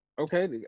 Okay